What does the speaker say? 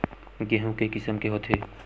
गेहूं के किसम के होथे?